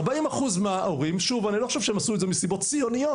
40% מההורים אני לא חושב שהם עשו את זה מסיבות ציוניות